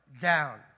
down